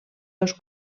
dos